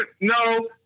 no